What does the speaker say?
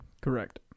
Correct